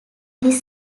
this